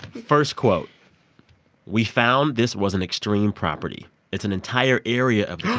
first quote we found this was an extreme property. it's an entire area of yeah